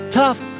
tough